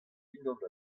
unan